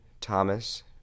Thomas